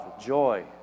joy